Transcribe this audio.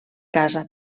casa